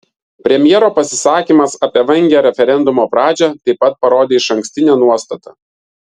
premjero pasisakymas apie vangią referendumo pradžią taip pat parodė išankstinę nuostatą